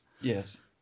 yes